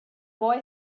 boy